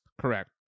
Correct